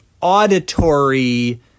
auditory